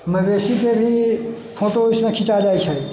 मवेशी के भी फोटो उसमे खीचा जाइ छै